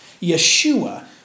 Yeshua